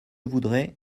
voudrais